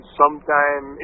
sometime